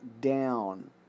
down